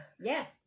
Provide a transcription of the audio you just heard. Yes